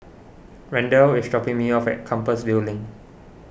Randell is dropping me off at Compassvale Link